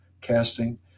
casting